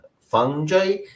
fungi